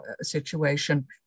situation